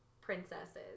princesses